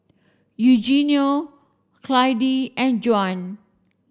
Eugenio Clydie and Juan